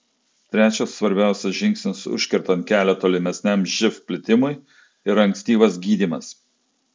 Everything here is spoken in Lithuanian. trečias svarbiausias žingsnis užkertant kelią tolimesniam živ plitimui yra ankstyvas gydymas